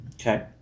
Okay